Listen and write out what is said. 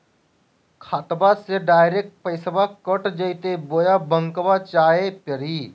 खाताबा से डायरेक्ट पैसबा कट जयते बोया बंकबा आए परी?